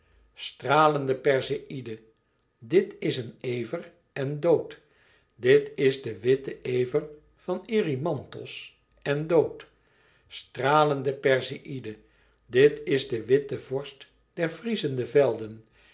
stralende perseïde dit is een ever en dood dit is de witte ever van erymanthos en dood stralende perseïde dit is de witte vorst der vriezende velden